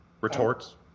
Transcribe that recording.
Retorts